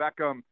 Beckham